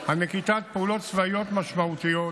על נקיטת פעולות צבאיות משמעותיות